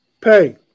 Pay